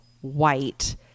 white